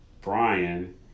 Brian